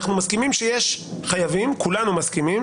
אנחנו מסכימים שיש חייבים - כולנו מסכימים